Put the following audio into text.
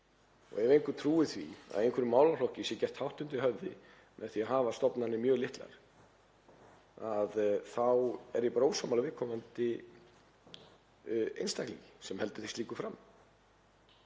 Ef einhver trúir því að einhverjum málaflokki sé gert hátt undir höfði með því að hafa stofnanir mjög litlar þá er ég bara ósammála viðkomandi einstaklingi sem heldur slíku fram.